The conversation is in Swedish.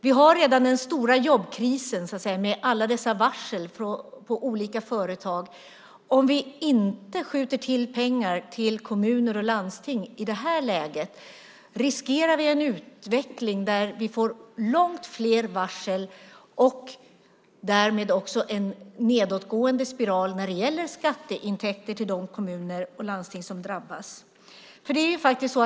Vi har redan den stora jobbkrisen med alla dessa varsel på olika företag. Om vi inte skjuter till pengar till kommuner och landsting i det här läget riskerar vi en utveckling där vi får långt fler varsel och därmed också en nedåtgående spiral när det gäller skatteintäkter till de kommuner och landsting som drabbas.